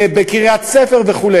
בקריית-ספר וכו'.